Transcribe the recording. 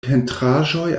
pentraĵoj